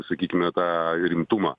sakykime tą rimtumą